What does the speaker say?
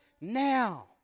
now